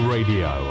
Radio